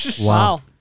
Wow